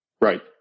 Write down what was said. Right